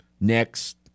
next